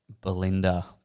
Belinda